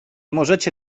możecie